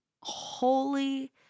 Holy